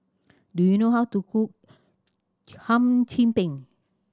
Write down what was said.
do you know how to cook Hum Chim Peng